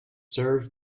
served